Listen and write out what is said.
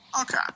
Okay